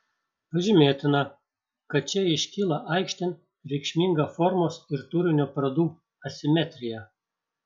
pažymėtina kad čia iškyla aikštėn reikšminga formos ir turinio pradų asimetrija